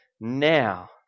now